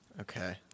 Okay